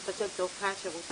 מהצד של צורכי השירותים,